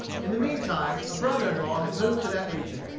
in the mean time, a brother-in-law had moved to that region,